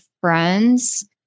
friends